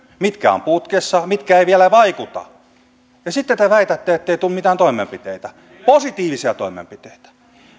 mitkä ovat putkessa mitkä eivät vielä vaikuta ja sitten te väitätte ettei tule mitään toimenpiteitä positiivisia toimenpiteitä